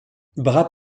bras